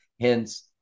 Hence